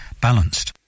Balanced